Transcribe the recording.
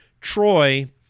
Troy